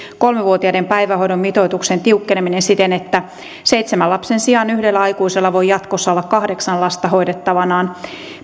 vuotiaiden päivähoidon mitoituksen tiukkeneminen siten että seitsemän lapsen sijaan yhdellä aikuisella voi jatkossa olla kahdeksan lasta hoidettavanaan